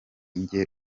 njye